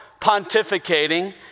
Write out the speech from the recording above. pontificating